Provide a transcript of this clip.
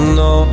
no